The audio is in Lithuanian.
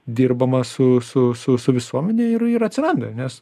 dirbama su su su su visuomene ir ir atsiranda nes